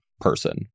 person